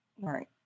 Right